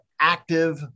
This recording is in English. active